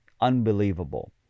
unbelievable